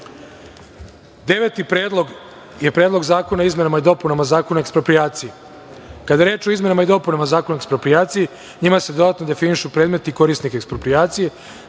predlog je Predlog zakona o izmenama i dopunama Zakona o eksproprijaciji. Kada je reč o izmenama i dopunama Zakona o eksproprijaciji njima se dodatno definišu predmeti korisnika eksproprijacije,